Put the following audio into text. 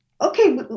okay